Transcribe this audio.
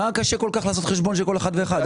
מה קשה כל כך לעשות חשבון של כל אחד ואחד?